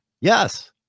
Yes